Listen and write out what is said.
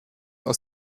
aus